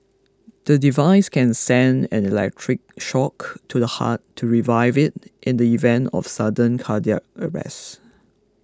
the device can send an electric shock to the heart to revive it in the event of sudden cardiac arrest